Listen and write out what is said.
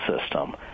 system